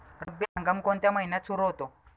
रब्बी हंगाम कोणत्या महिन्यात सुरु होतो?